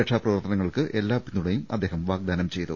രക്ഷാപ്രവർത്തനങ്ങൾക്ക് എല്ലാ പിന്തുണയും അദ്ദേഹം വാഗ്ദാനം ചെയ്തു